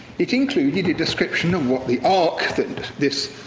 it included a description of what the ark that this,